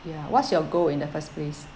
ya what's your goal in the first place